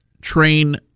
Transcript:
train